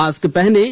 mask पहनें